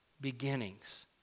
beginnings